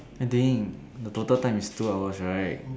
I think the total time is two hours right